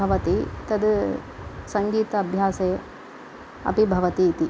भवति तद् सङ्गीताभ्यासे अपि भवति इति